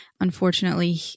unfortunately